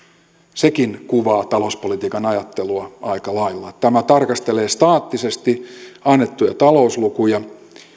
sekin kuvaa talouspolitiikan ajattelua aika lailla tämä tarkastelee staattisesti annettuja talouslukuja